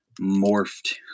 morphed